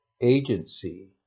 agency